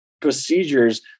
procedures